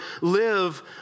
live